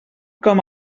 com